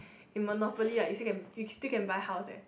in Monopoly right you still can you still can buy house eh